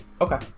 Okay